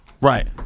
Right